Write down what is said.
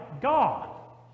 God